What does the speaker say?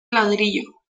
ladrillo